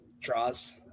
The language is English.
Draws